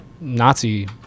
Nazi